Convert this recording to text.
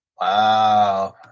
Wow